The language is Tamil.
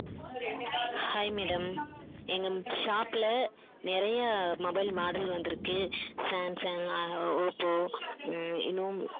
ஹாய் மேடம் எங்கள் ஷாப்பில் நிறைய மொபைல் மாடல் வந்துருக்கு சாம்சங் ஒப்போ இன்னும்